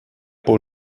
por